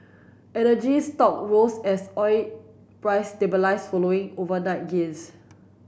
energy stock rose as oil price stabilised following overnight gains